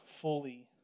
fully